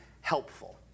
helpful